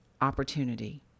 opportunity